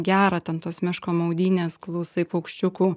gera ten tos miško maudynės klausai paukščiukų